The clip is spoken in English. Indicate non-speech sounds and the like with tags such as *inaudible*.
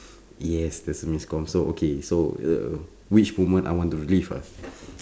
*breath* yes there's a miscomm so okay uh which women I want relieve ah *breath*